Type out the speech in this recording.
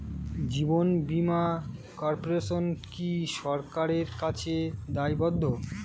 জীবন বীমা কর্পোরেশন কি সরকারের কাছে দায়বদ্ধ?